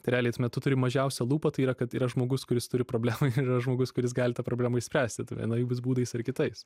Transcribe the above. tai realiai tme tu turi mažiausią lūpą tai yra kad yra žmogus kuris turi problemą ir yra žmogus kuris gali tą problemą išspręsti vienais būdais ar kitais